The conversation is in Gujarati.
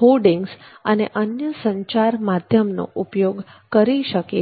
હોર્ડિંગ્સ તથા અન્ય સંચાર માધ્યમનો ઉપયોગ કરી શકે છે